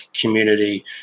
community